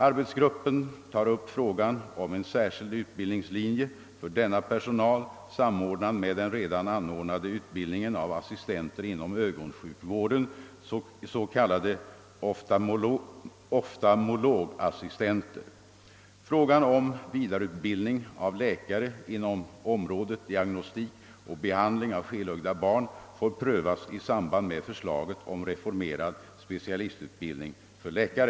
Arbetsgruppen tar upp frågan om en särskild utbildningslinje för denna personal, samordnad med den redan anordnade utbildningen av assistenter inom Öögonsjukvården, s.k. oftalmologassistenter. Frågan om vidareutbildning av läkare inom området diagnostik och behandling av skelögda barn får prövas i samband med förslaget om reformerad specialistutbildning för läkare.